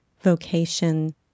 vocation